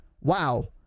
wow